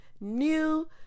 new